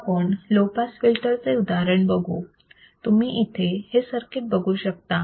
आता आपण low pass filter चे उदाहरण बघू तुम्ही इथे हे सर्किट बघू शकता